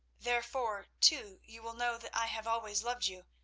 therefore, too, you will know that i have always loved you,